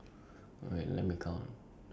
how much are we getting paid for this ah